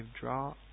draw